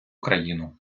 країну